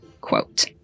quote